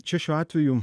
čia šiuo atveju